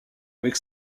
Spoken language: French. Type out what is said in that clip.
avec